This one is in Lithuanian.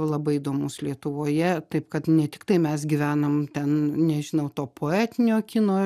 labai įdomus lietuvoje taip kad ne tiktai mes gyvenam ten nežinau to poetinio kino